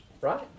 right